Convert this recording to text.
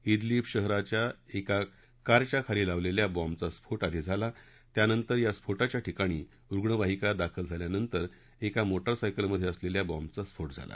Idlib शहरात एका कारच्या खाली लावलेल्या बॅम्बचा आधी स्फोर्माला त्यानंतर या स्फोर्म्या ठिकाणी रूग्णवाहिका दाखल झाल्यानंतर एका मोठोसायकलमध्ये असलेल्या बॉम्बचा स्फोठोमाला